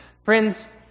Friends